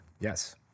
Yes